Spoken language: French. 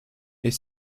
est